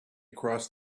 crossed